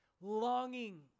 longing